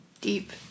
Deep